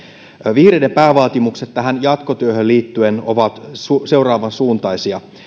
vihreiden päävaatimukset tähän jatkotyöhön liittyen ovat seuraavan suuntaisia